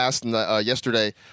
Yesterday